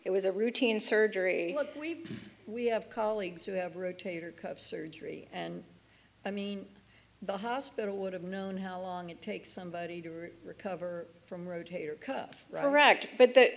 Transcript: it was a routine surgery we've we have colleagues who have rotator cuff surgery and i mean the hospital would have known how long it takes somebody to recover from rotator cuff wrecked but th